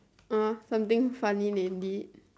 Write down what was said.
uh something funny lately